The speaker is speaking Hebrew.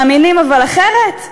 מאמינים אבל אחרת?